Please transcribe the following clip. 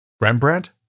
Rembrandt